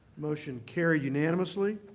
motion carried unanimously.